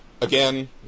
Again